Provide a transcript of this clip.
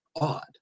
odd